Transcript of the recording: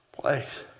place